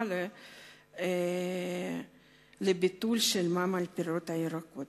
על ביטול המע"מ על פירות וירקות